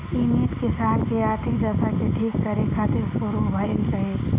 इ नीति किसान के आर्थिक दशा के ठीक करे खातिर शुरू भइल रहे